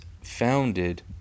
founded